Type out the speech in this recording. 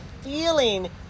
feeling